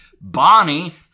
Bonnie